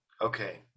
Okay